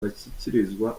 bashyikirizwa